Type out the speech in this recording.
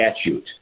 statute